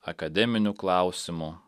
akademinių klausimų